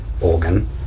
organ